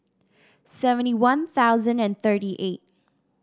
seventy One Thousand and thirty eight